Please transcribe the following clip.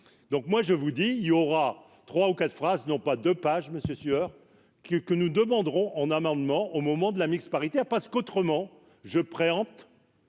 donc moi je vous dis, il y aura 3 ou 4 phrases n'ont pas de pages monsieur sueur que que nous demanderons en amendement au moment de la mixte paritaire parce qu'autrement je préempte.